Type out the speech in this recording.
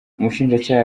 umushinjacyaha